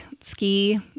ski